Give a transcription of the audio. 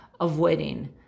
avoiding